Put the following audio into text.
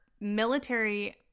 military